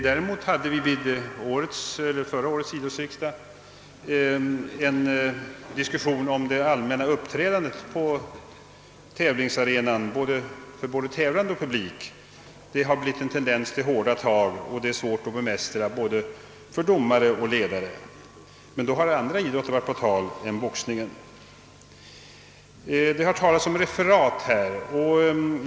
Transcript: Däremot hade vi vid förra årets idrottsriksdag en diskussion om det allmänna uppträdandet vid tävlingsarenan, både de tävlandes och publikens; det har blivit en tendens till hårda tag, och de kan vara svåra att bemästra för både domare och ledare. Men då har andra idrotter än boxningen varit på tal. Det har talats om referat tidigare i debatten.